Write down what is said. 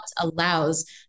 allows